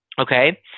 Okay